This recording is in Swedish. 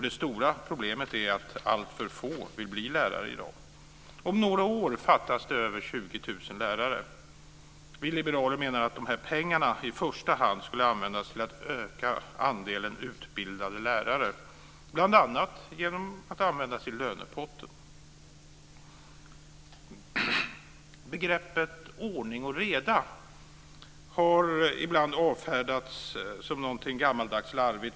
Det stora problemet är att alltför få vill bli lärare i dag. Om några år fattas det över 20 000 lärare. Vi liberaler menar att de här pengarna i första hand skulle användas till att öka andelen utbildade lärare, bl.a. genom att användas i lönepotten. Begreppet ordning och reda har ibland avfärdats som någonting gammaldags och larvigt.